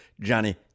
Johnny